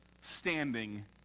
standing